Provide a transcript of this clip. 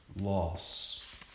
loss